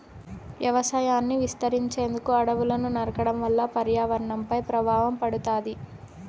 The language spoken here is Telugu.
వ్యవసాయాన్ని విస్తరించేందుకు అడవులను నరకడం వల్ల పర్యావరణంపై ప్రభావం పడుతాది